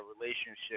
relationship